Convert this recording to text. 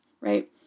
right